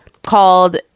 called